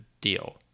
deal